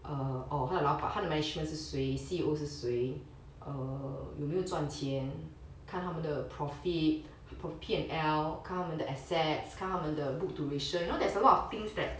err or 他的老板他的 management 是谁 C_E_O 是谁 err 有没有赚钱看他们的 profit P&L 看他们的 assets 看他们的 book duration you know there's a lot of things that